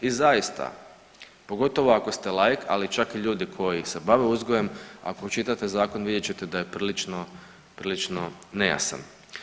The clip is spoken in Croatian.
I zaista, pogotovo ako ste laik, ali čak i ljudi koji se bave uzgojem, ako čitate Zakon, vidjet ćete da je prilično, prilično nejasan.